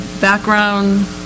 background